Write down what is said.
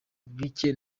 bicye